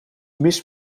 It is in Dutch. mis